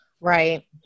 Right